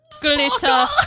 Glitter